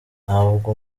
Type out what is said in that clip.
ntabwo